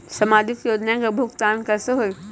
समाजिक योजना के भुगतान कैसे होई?